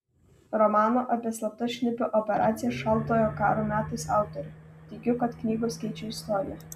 romano apie slaptas šnipių operacijas šaltojo karo metais autorė tikiu kad knygos keičia istoriją